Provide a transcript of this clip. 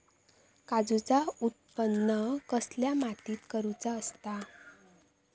काजूचा उत्त्पन कसल्या मातीत करुचा असता?